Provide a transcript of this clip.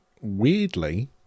weirdly